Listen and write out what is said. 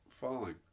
falling